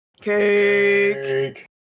Cake